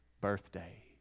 birthday